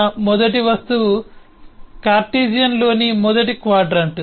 నా మొదటి వస్తువు కార్టిసియన్లోని మొదటి క్వాడ్రంట్